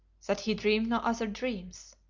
that he dreamed no other dreams,